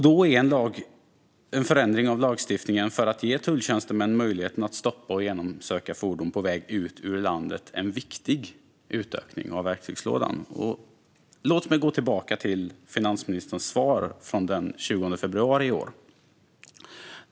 Då är en förändring av lagstiftningen för att ge tulltjänstemän möjligheten att stoppa och genomsöka fordon på väg ut ur landet en viktig utökning av verktygslådan. Låt mig gå tillbaka till finansministerns svar från den 20 februari i år.